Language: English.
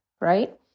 right